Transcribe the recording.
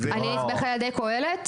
אני נתמכת על ידי קהלת?